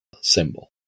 symbol